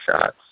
shots